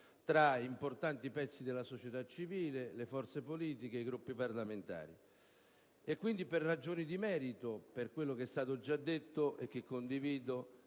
tra importanti pezzi della società civile, le forze politiche, i Gruppi parlamentari. Quindi, per ragioni di merito, per quanto è stato già detto - e che condivido